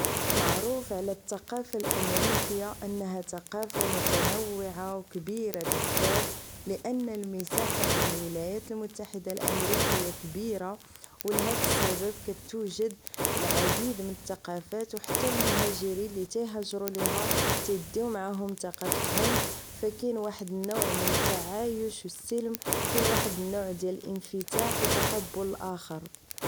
معروف على التقافة الامريكية انها تقافة متنوعة و كبيرة بزاف لان المساحة ديال الولايات المتحده الامريكيه كبيرة و لهاد السبب كتوجد العديد من التقافات و حتى المهاجرين اللي كيهاجرو ليها كيديو معاهم تقافتهم فكاين واحد النوع من التعايش و السلم كاين واحد النوع ديال الانفتاح و تقبل الاخر